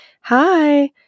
hi